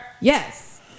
Yes